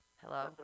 Hello